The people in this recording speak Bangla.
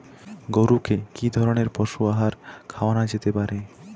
গরু কে কি ধরনের পশু আহার খাওয়ানো যেতে পারে?